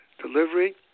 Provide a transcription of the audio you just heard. delivery